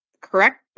correct